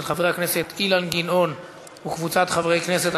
של חבר הכנסת אילן גילאון וקבוצת חברי הכנסת.